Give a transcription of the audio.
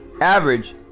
average